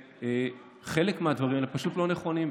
וחלק מהדברים פשוט לא נכונים.